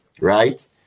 Right